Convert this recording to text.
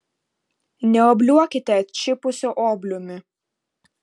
neobliuokite atšipusiu obliumi